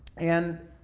and,